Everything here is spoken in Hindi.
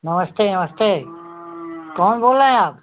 नमस्ते नमस्ते कौन बोल रहे हैं आप